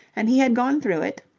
and he had gone through it,